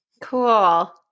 Cool